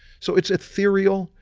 so it's ethereal,